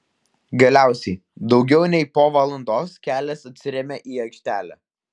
galiausiai daugiau nei po valandos kelias atsiremia į aikštelę